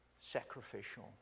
sacrificial